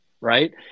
Right